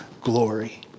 glory